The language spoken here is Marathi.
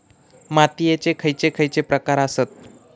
मातीयेचे खैचे खैचे प्रकार आसत?